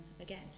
Again